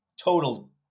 total